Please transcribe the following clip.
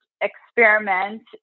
experiment